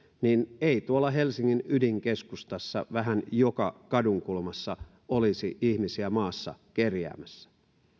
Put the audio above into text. niin ei tuolla helsingin ydinkeskustassa vähän joka kadunkulmassa olisi ihmisiä maassa kerjäämässä